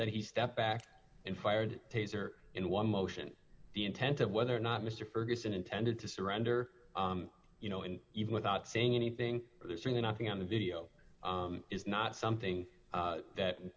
that he stepped back and fired taser in one motion the intent of whether or not mr ferguson intended to surrender you know and even without saying anything there's really nothing on the video is not something that